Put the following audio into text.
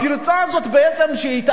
הפרצה הזאת שהתאפשרה,